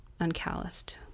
uncalloused